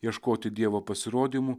ieškoti dievo pasirodymų